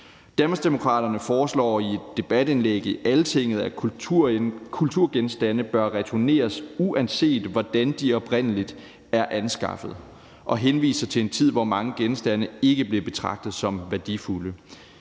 Danmarksdemokraterne foreslår i et debatindlæg i Altinget, at kulturgenstande bør returneres, uanset hvordan de oprindelig er blevet anskaffet, og man henviser til en tid, hvor mange genstande ikke blev betragtet som værdifulde.